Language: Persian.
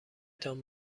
تان